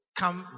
come